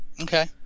Okay